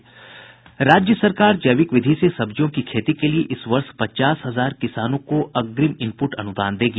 राज्य सरकार जैविक विधि से सब्जियों की खेती के लिए इस वर्ष पचास हजार किसानों को अग्रिम इनपुट अनुदान देगी